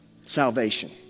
salvation